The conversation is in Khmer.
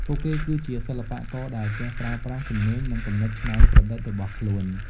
ពួកគេគឺជាសិល្បករដែលចេះប្រើប្រាស់ជំនាញនិងគំនិតច្នៃប្រឌិតរបស់ខ្លួន។